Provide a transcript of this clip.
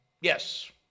yes